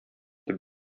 итеп